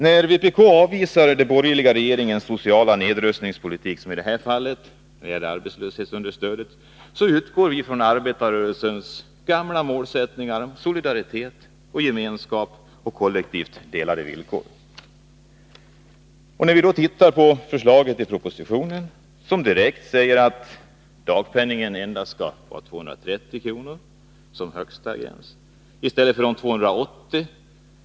När vpk avvisar den borgerliga regeringens sociala nedrustningspolitik, som i det här fallet arbetslöshetsunderstödet, utgår vi från arbetarrörelsens gamla målsättningar om solidaritet, gemenskap och kollektivt delade villkor. Regeringens förslag till ändringar i arbetslöshetsförsäkringen innebär: Den högsta gränsen för dagpenningen skall vara 230 kr. i stället för 280 kr.